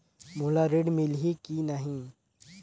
मोला ऋण मिलही की नहीं?